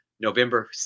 November